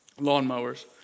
lawnmowers